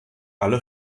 alle